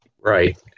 Right